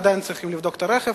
עדיין צריכים לבדוק את הרכב.